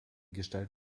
gestalt